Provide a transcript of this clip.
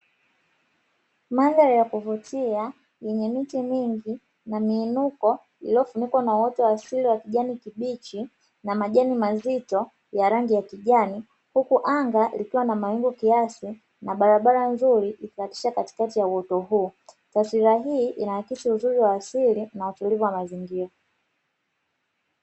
Mandhari ya kuvutia yenye miti mingi na miinuko, iliyofunikwa na uoto wa asili wa kijani kibichi na majani mazito ya rangi ya kijani. Huku anga likiwa na mawingu kiasi na barabara nzuri ikikatisha katikati ya uoto huo. Taswira hii inaakisi uzuri wa asili na utulivu wa mazingira.